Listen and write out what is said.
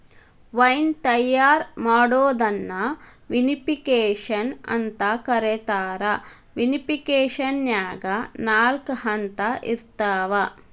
wine ತಯಾರ್ ಮಾಡೋದನ್ನ vinification ಅಂತ ಕರೇತಾರ, ವಿನಿಫಿಕೇಷನ್ನ್ಯಾಗ ನಾಲ್ಕ ಹಂತ ಇರ್ತಾವ